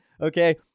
okay